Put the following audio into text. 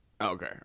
Okay